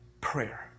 prayer